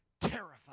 terrified